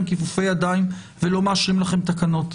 כיפופי ידיים ולא מאשרים לכם תקנות.